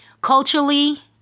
culturally